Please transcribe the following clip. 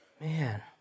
Man